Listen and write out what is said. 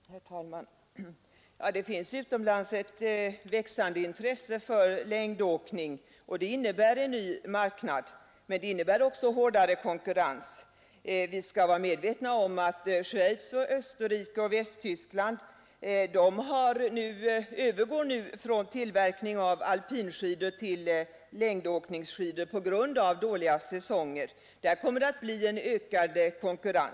Herr talman! Det finns utomlands ett växande intresse för längdåkning, och det innebär en ny marknad men också en hårdare konkurrens. Vi skall vara medvetna om att Schweiz, Österrike och Västtyskland nu övergår från tillverkning av alpinskidor till längdåkningsskidor på grund av dåliga säsonger. Därigenom kommer det att bli en ökande konkurrens.